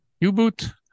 U-Boot